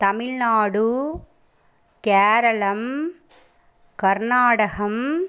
Tamil Nadu Keralam Karnataka